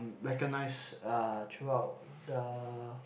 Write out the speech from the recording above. recognized uh throughout the